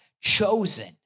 chosen